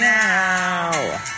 now